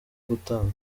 gutanga